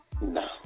no